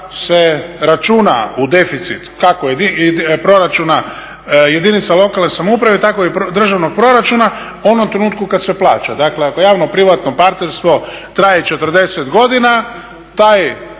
se računa u deficit proračuna jedinica lokalne samouprave tako i državnog proračuna u onom trenutku kada se plača. Dakle, ako javno-privatno partnerstvo traje 40 godina, taj